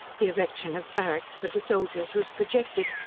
the erection of barracks for the soldiers was projected,